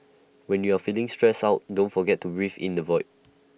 when you are feeling stressed out don't forget to breathe in the void